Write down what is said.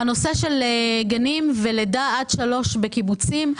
הנושא של גנים ולידה עד שלוש בקיבוצים,